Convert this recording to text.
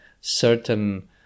certain